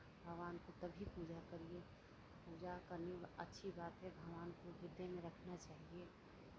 भगवान को तभी पूजा करिये पूजा करना अच्छी बात है भगवान को ह्रदय में रखना चाहिए